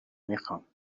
میخوام